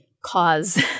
cause